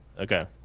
Okay